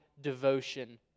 devotion